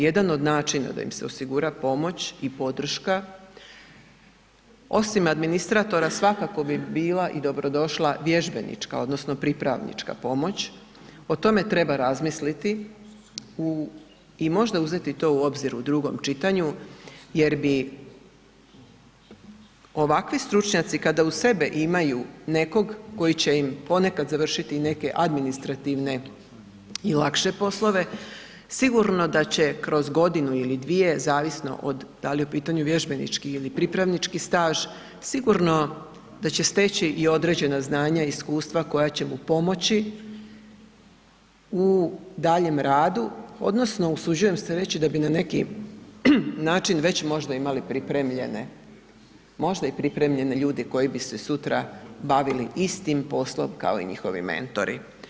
Jedan od načina da im se osigura pomoć i podrška, osim administratora svakako bi bila i dobrodošla vježbenička odnosno pripravnička pomoć, o tome treba razmisliti u, i možda uzeti to u obzir u drugom čitanju jer bi ovakvi stručnjaci kada uz sebe imaju nekog koji će im ponekad završiti i neke administrativne i lakše poslove, sigurno da će kroz godinu ili dvije, zavisno da li je u pitanju vježbenički ili pripravnički staž, sigurno da će steći i određena znanja i iskustva koja će mu pomoći u daljem radu odnosno usuđujem se reći da bi na neki način već možda imali pripremljene, možda i pripremljene ljude koji bi se sutra bavili istim poslom kao i njihovi mentori.